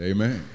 Amen